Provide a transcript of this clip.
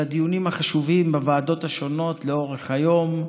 על הדיונים החשובים בוועדות השונות לאורך היום,